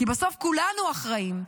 כי בסוף כולנו אחראים.